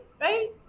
Right